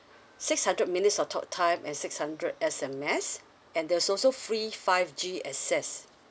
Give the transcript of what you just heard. six hundred minutes of talk time and six hundred S_M_S and there's also free five G access